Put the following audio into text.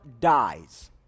dies